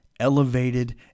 elevated